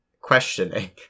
questioning